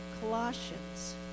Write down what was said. Colossians